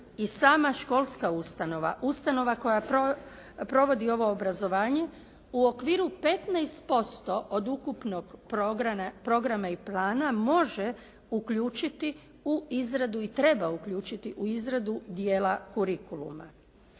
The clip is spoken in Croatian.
i sama školska ustanova, ustanova koja provodi ovo obrazovanje u okviru 15% od ukupnog programa i plana može uključiti u izradu i treba uključiti u izradu dijela «curriculuma».